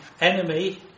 enemy